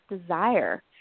desire